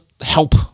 help